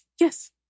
Yes